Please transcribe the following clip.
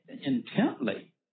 intently